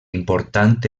important